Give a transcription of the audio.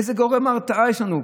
אין לו סכסוך עסקי איתו.